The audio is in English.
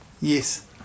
yes